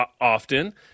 often